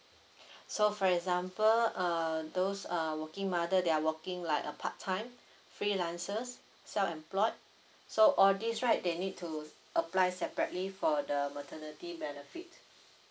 so for example err those uh working mother they are working like a part time freelancers self employed so all these right they need to apply separately for the maternity benefit